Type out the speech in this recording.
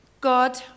God